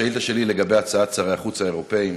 השאילתה שלי היא לגבי הצעת שרי החוץ האירופים.